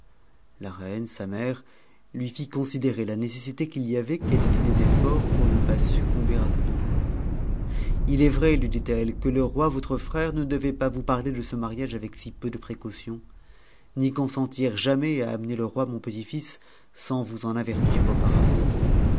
la reine sa mère lui fit considérer la nécessité qu'il y avait qu'ette fit des efforts pour ne pas succomber à sa douteur est vrai lui dit-elle que le roi votre frère ne devait pas vous parler de ce mariage avec si peu de précaution ni consentir jamais à amener le roi mon petit-fils sans vous en avertir auparavant